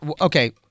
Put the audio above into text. Okay